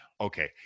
okay